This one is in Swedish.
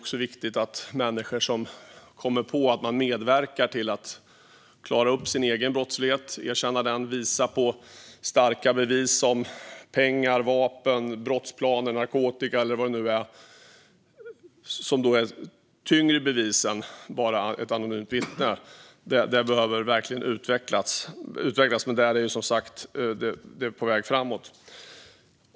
Det handlar om människor som medverkar till att erkänna och klara upp sin egen brottslighet och som kan utgöra starka bevis om pengar, vapen, brottsplaner, narkotika eller vad det nu kan vara - tyngre bevis än bara ett anonymt vittne. Detta behöver utvecklas, och det är på väg framåt.